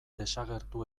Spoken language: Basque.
desagertu